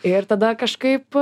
ir tada kažkaip